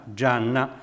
Gianna